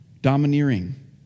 domineering